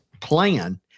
plan